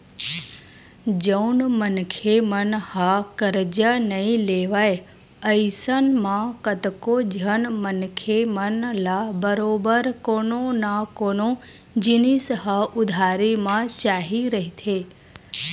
जउन मनखे मन ह करजा नइ लेवय अइसन म कतको झन मनखे मन ल बरोबर कोनो न कोनो जिनिस ह उधारी म चाही रहिथे